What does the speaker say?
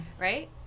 Right